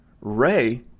Ray